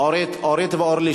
אורית ואורלי,